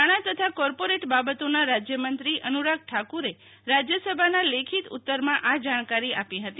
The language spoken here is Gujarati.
નાણાં તથા કોર્પોરેટ બાબતોના રાજયમંત્રી અનુરાગ ઠાકુરે રાજયસભાના લેખિત ઉત્તરમાં આ જાણકારી આપી હતી